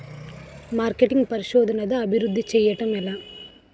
marketing పరిశోధనదా అభివృద్ధి పరచడం ఎలా